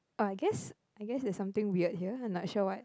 but I guess I guess is something weird here and not sure what